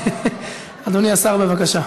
אדוני השר, בבקשה.